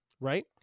Right